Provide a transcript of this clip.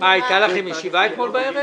מה, היתה לכם ישיבה אתמול בערב?